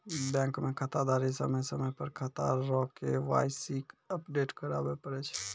bank मे खाताधारी समय समय पर खाता रो के.वाई.सी अपडेट कराबै पड़ै छै